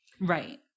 Right